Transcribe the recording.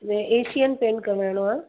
Asian paint करवाइणो आहे